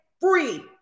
free